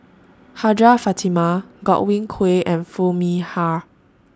Hajjah Fatimah Godwin Koay and Foo Mee Har